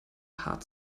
hart